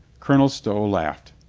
colonel stow laughed.